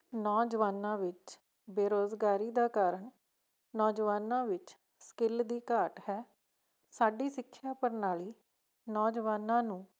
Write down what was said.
ਨੌਜਵਾਨਾਂ ਵਿੱਚ ਬੇਰੁਜ਼ਗਾਰੀ ਦਾ ਕਾਰਨ ਨੌਜਵਾਨਾਂ ਵਿੱਚ ਸਕਿੱਲ ਦੀ ਘਾਟ ਹੈ ਸਾਡੀ ਸਿੱਖਿਆ ਪ੍ਰਣਾਲੀ ਨੌਜਵਾਨਾਂ ਨੂੰ